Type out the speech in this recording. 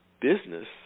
business